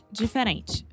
diferente